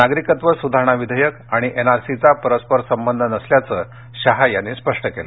नागरिकत्व सुधारणा विधेयक आणि एनआरसीचा परस्परसंबंध नसल्याच शहा यानी स्पष्ट केलं